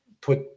put